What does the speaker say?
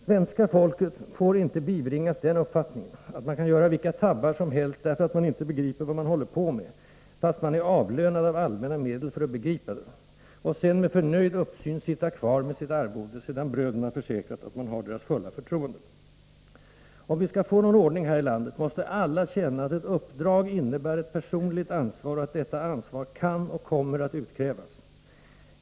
Svenska folket får inte bibringas den uppfattningen att man kan göra vilka tabbar som helst därför att man inte begriper vad man håller på med, fast man är avlönad av allmänna medel för att begripa det, och sedan med förnöjd uppsyn sitta kvar med sitt arvode sedan bröderna försäkrat att man har deras fulla förtroende. Om vi skall få någon ordning här i landet, måste alla känna att ett uppdrag innebär ett personligt ansvar och att detta ansvar kan och kommer att utkrävas.